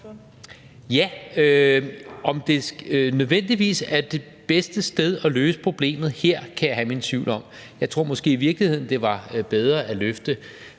men om det nødvendigvis er det bedste sted at løse problemet her, kan jeg have mine tvivl om. Jeg tror måske i virkeligheden, det var bedre at løfte